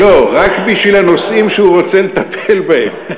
לא, רק בשביל הנושאים שהוא רוצה לטפל בהם.